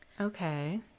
Okay